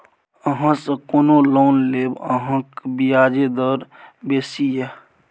अहाँसँ कोना लोन लेब अहाँक ब्याजे दर बेसी यै